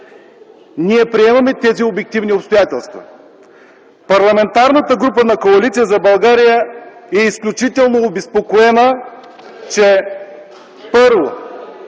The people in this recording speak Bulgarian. Ние приемаме тези обективни обстоятелства. Парламентарната група на Коалиция за България е изключително обезпокоена, че: Първо,